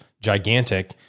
gigantic